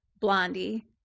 Blondie